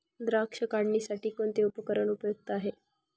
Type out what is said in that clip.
द्राक्ष काढणीसाठी कोणते उपकरण उपयुक्त आहे?